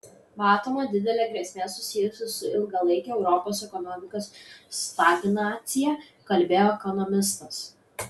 matoma didelė grėsmė susijusi su ilgalaike europos ekonomikos stagnacija kalbėjo ekonomistas